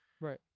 Right